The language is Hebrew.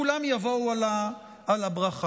כולם יבואו על הברכה.